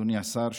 אדוני השר,